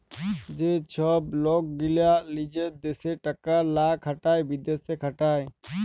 যে ছব লক গীলা লিজের দ্যাশে টাকা লা খাটায় বিদ্যাশে খাটায়